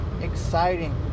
exciting